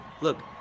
Look